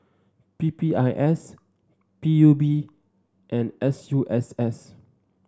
P P I S P U B and S U S S